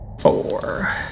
Four